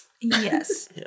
Yes